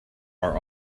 are